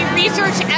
research